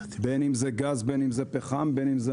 בין אם זה גז בין אם זה פחם ובין אם זה